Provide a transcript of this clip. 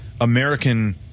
American